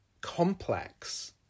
complex